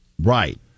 Right